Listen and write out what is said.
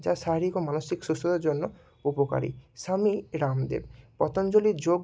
যা শারীরিক ও মানসিক সুস্থতার জন্য উপকারী স্বামী রামদেব পতঞ্জলি যোগ